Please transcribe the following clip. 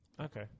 Okay